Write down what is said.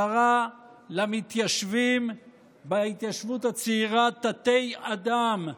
קרא למתיישבים בהתיישבות הצעירה תתי-אדם,